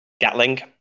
Gatling